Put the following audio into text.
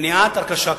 מניעת הרכשה כפולה.